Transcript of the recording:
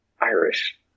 Irish